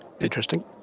interesting